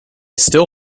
still